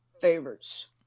Favorites